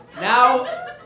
Now